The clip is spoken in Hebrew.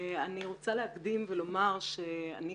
אני רוצה להקדים ולומר שאני,